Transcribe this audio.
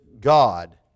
God